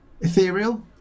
ethereal